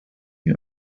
you